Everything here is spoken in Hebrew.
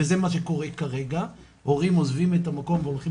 וזה מה שקורה כרגע הורים עוזבים את המקום והולכים